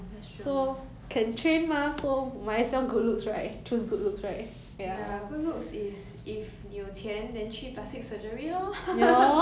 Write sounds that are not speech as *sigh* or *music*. ya good looks is if 你有钱 then 去 plastic surgery lor *noise* but you can't exactly train 出来 good looks sia